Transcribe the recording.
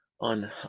on